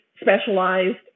specialized